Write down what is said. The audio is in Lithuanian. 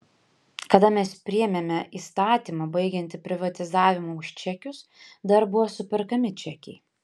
kada mes priėmėme įstatymą baigiantį privatizavimą už čekius dar buvo superkami čekiai